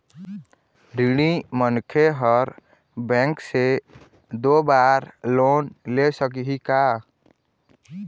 ऋणी मनखे हर बैंक से दो बार लोन ले सकही का?